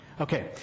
Okay